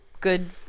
Good